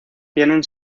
tienen